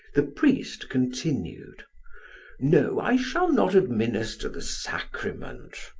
the priest continued no, i shall not administer the sacrament.